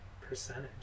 Percentage